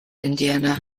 indiana